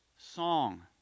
song